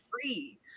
free